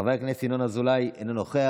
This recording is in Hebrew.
חבר הכנסת ינון אזולאי, אינו נוכח.